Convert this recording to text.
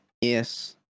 Yes